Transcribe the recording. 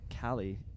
Callie